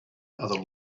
other